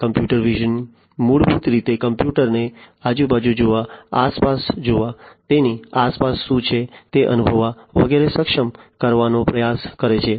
computer vision મૂળભૂત રીતે કોમ્પ્યુટરને આજુબાજુ જોવા આસપાસ જોવા તેની આસપાસ શું છે તે અનુભવવા વગેરે સક્ષમ કરવાનો પ્રયાસ કરે છે